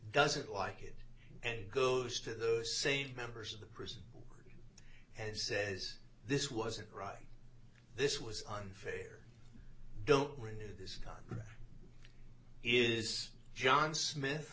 doesn't like it and goes to those same members of the prison and says this wasn't right this was unfair don't run this time is john smith